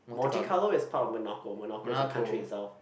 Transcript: Monte-Carlo is part of Monaco Monaco is a country itself